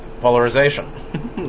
polarization